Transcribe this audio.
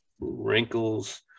wrinkles